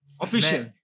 Official